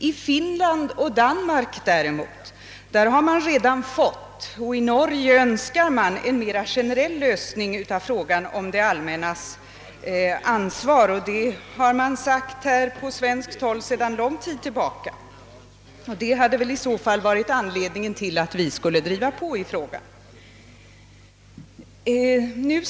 I Finland och Danmark har man däremot redan fått en mera generell lösning av frågan om det allmännas ansvar, och i Norge önskar man få det. Detsamma har sagts här i Sverige sedan lång tid tillbaka, och det borde ha varit en anledning för oss att driva på frågan.